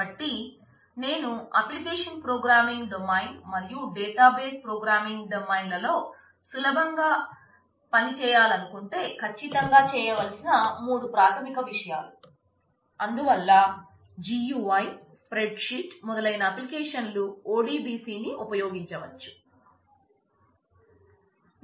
కాబట్టి నేను application programming domain మొదలైన అప్లికేషన్ లు ODBCని ఉపయోగించవచ్చు